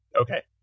Okay